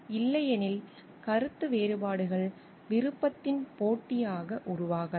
இல்லையெனில் கருத்து வேறுபாடுகள் விருப்பத்தின் போட்டியாக உருவாகலாம்